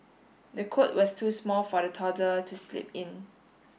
the cot was too small for the toddler to sleep in